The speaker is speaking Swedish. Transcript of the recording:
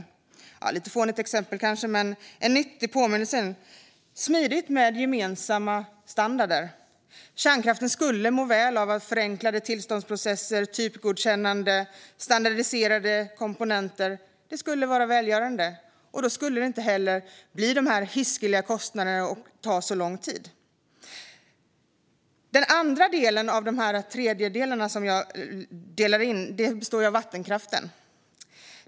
Det kanske är ett lite fånigt exempel, men det är en nyttig påminnelse om att det är smidigt med gemensamma standarder. Kärnkraften skulle må väl av förenklade tillståndsprocesser, typgodkännande och standardiserade komponenter. Det skulle vara välgörande. Då skulle det heller inte bli så hiskeliga kostnader eller ta så lång tid. Den andra delen av de tredjedelar som jag delade in detta i är vattenkraften.